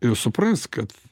ir supras kad